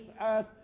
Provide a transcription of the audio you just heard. earth